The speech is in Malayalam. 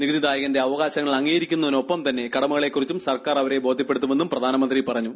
നികുതിദായകന്റെ അവകാശങ്ങൾ അംഗീകരിക്കു ന്നതിനൊപ്പം തന്നെ കടമകളെ കുറിച്ചും സർക്കാർ അവരെ ബോധ്യപ്പെടുത്തുമെന്നും പ്രധാനമന്ത്രി പറഞ്ഞു